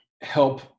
help